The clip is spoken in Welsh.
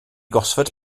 gosford